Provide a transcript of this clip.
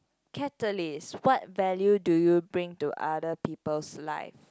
catalyst what value do you bring to other people's life